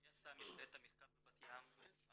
מי עשה את המחקר בבת ים?